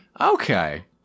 Okay